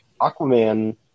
Aquaman